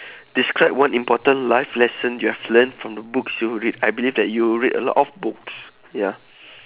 describe one important life lesson you have learned from the books you read I believe that you read a lot of books ya